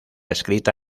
escrita